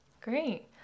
Great